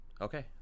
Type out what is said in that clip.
okay